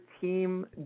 team